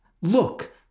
Look